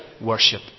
worship